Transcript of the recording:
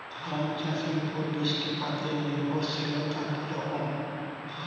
গম চাষের উপর বৃষ্টিপাতে নির্ভরশীলতা কী রকম?